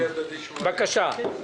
בבקשה.